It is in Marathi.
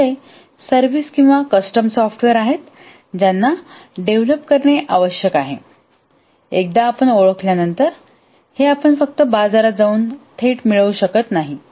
दुसरीकडे सर्विस किंवा कस्टम सॉफ्टवेअरआहेत ज्यांना डेव्हलप करणे आवश्यक आहे एकदा आपण ओळखल्यानंतर हे आपण फक्त बाजारात जाऊन थेट मिळवू शकत नाही